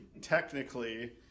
technically